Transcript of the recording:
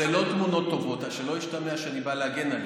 אלה לא תמונות טובות ושלא ישתמע שאני בא להגן עליהם.